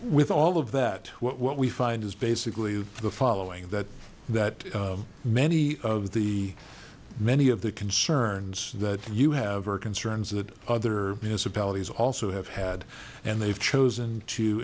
with all of that what we find is basically the following that that many of the many of the concerns that you have are concerns that other municipalities also have had and they've chosen to